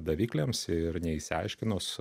davikliams ir neišsiaiškinus